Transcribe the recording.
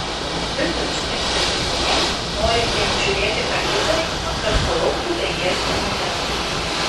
visad šnibžteliu žmonėms norintiems žiūrėti ką kita kad palauktų penkias minutes